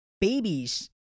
babies